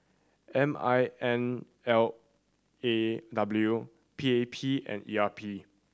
M I N L A W P A P and E R P